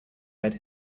red